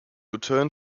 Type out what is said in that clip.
return